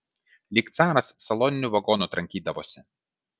lyg caras saloniniu vagonu trankydavosi